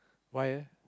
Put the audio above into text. why eh